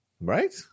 Right